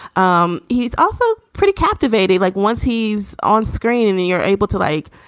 um he's also pretty captivating. like once he's on screen and then you're able to, like,